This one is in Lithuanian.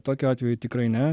tokiu atveju tikrai ne